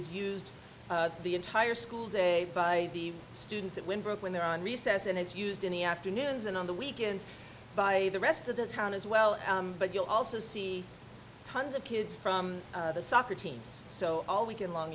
used the entire school day by the students at wynberg when they're on recess and it's used in the afternoons and on the weekends by the rest of the town as well but you'll also see tons of kids from the soccer teams so all we get along